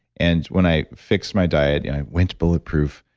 and when i fixed my diet, you know i went to bulletproof,